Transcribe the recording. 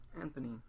Anthony